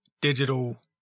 digital